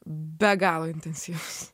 be galo intensyvūs